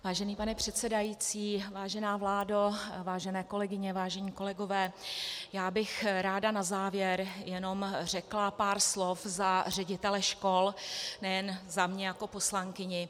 Vážený pane předsedající, vážená vládo, vážené kolegyně, vážení kolegové, já bych ráda na závěr jenom řekla pár slov za ředitele škol, nejen za mě jako poslankyni.